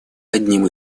одним